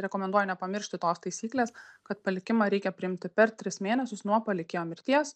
rekomenduoja nepamiršti tos taisyklės kad palikimą reikia priimti per tris mėnesius nuo palikėjo mirties